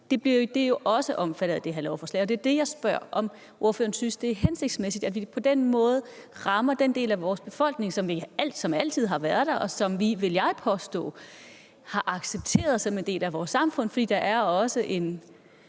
De bliver også omfattet af det her lovforslag. Og det er derfor, jeg spørger, om ordføreren synes, det er hensigtsmæssigt, at vi på den måde rammer den del af vores befolkning, som altid har været der, og som vi, vil jeg påstå, har accepteret som en del af vores samfund. For der er også en